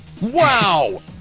wow